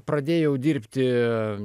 pradėjau dirbti